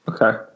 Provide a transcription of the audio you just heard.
Okay